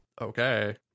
Okay